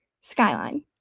Skyline